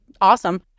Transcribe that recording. awesome